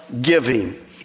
giving